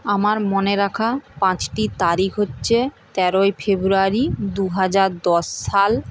আমার মনে রাখা পাঁচটি তারিখ হচ্ছে তেরোই ফেব্রুয়ারি দুহাজার দশ সাল